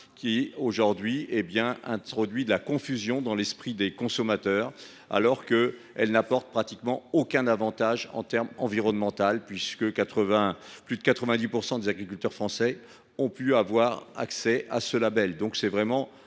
», a introduit la confusion dans l’esprit des consommateurs, alors qu’il n’apporte pratiquement aucun avantage en terme environnemental, puisque plus de 90 % des agriculteurs français ont pu avoir accès à ce label.